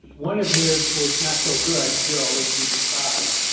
one of his was not so good jill as he describes,